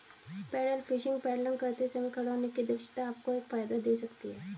pedal fishing paddling करते समय खड़े होने की क्षमता आपको एक फायदा दे सकती है